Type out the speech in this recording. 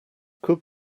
could